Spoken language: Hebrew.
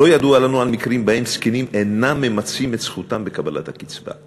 לא ידוע לנו על מקרים שבהם זקנים אינם ממצים את זכותם בקבלת הקצבה,